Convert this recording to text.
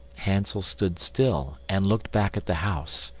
hansel stood still and looked back at the house,